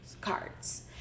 cards